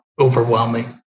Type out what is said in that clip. overwhelming